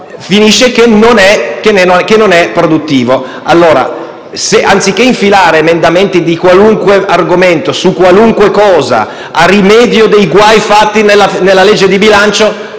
finisce per non essere produttivo. Allora, anziché infilare emendamenti di qualunque argomento su qualunque questione, a rimedio dei guai fatti nella legge di bilancio,